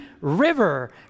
river